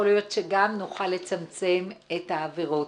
יכול להיות שגם נוכל לצמצם את העבירות.